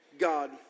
God